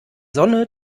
sonne